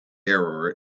error